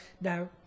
now